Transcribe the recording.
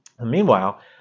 Meanwhile